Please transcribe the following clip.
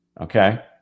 okay